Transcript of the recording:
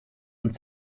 und